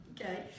Okay